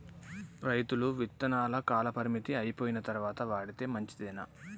రైతులు విత్తనాల కాలపరిమితి అయిపోయిన తరువాత వాడితే మంచిదేనా?